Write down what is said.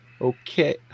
okay